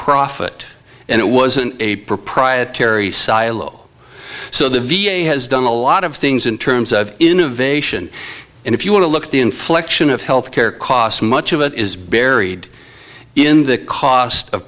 profit and it wasn't a proprietary silo so the v a has done a lot of things in terms of innovation and if you want to look at the inflection of health care costs much of it is buried in the cost of